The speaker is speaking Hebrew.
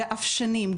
ואף שנים.